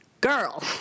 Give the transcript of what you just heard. Girl